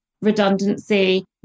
redundancy